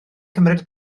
cymryd